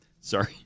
Sorry